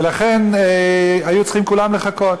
ולכן היו צריכים כולם לחכות.